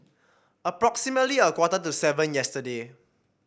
approximately a quarter to seven yesterday